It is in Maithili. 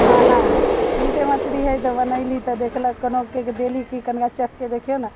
खाना है मीटे मछली हइ तऽ बनयली तऽ देखलक कोनोके देली जे कनिका चखके देखियौ ने